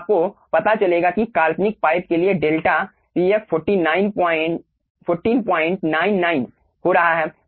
तो आपको पता चलेगा कि काल्पनिक पाइप के लिए डेल्टा pf 1499 हो रहा है